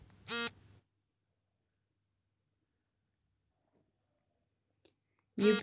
UPI ನ ಮುಖಾಂತರ ಹಣ ವರ್ಗಾವಣೆ ಮಾಡಬೇಕಾದರೆ ಮೊದಲೇ ಎಲ್ಲಿಯಾದರೂ ರಿಜಿಸ್ಟರ್ ಮಾಡಿಕೊಳ್ಳಬೇಕಾ?